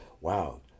wow